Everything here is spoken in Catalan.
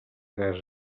casa